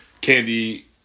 candy